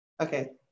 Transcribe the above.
Okay